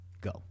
Go